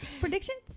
Predictions